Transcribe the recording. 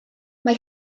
mae